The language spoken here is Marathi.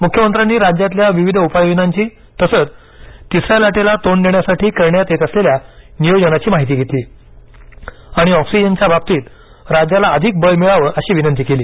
मुख्यमंत्र्यांनी राज्यातल्या विविध उपाययोजनांची तसंच तिसऱ्या लाटेला तोंड देण्यासाठी करण्यात येत असलेल्या नियोजनाची माहिती दिली आणि ऑक्सीजनच्या बाबतीत राज्याला अधिक बळ मिळावे अशी विनंती केली